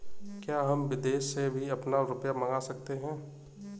क्या हम विदेश से भी अपना रुपया मंगा सकते हैं?